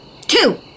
Two